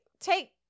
take